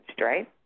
right